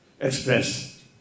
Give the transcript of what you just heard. express